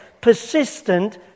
persistent